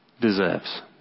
deserves